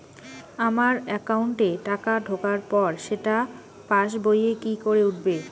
আমার একাউন্টে টাকা ঢোকার পর সেটা পাসবইয়ে কি করে উঠবে?